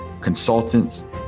consultants